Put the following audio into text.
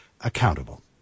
accountable